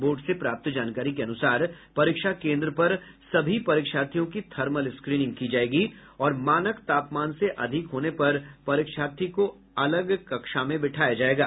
board से प्राप्त जानकारी के अनुसार परीक्षा केन्द्र पर सभी परीक्षार्थियों की थर्मल स्क्रीनिंग की जायेगी और मानक तापमान से अधिक होने पर परीक्षार्थी को अलग कक्षा में बैठाया जायेगा